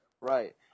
Right